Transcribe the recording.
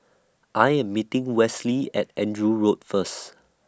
I Am meeting Westley At Andrew Road First